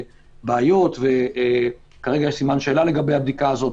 בעיות וכרגע יש סימן שאלה לגבי הבדיקה הזאת,